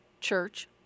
church